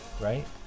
right